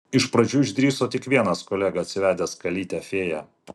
iš pradžių išdrįso tik vienas kolega atsivedęs kalytę fėją